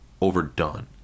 overdone